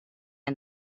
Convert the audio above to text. and